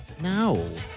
No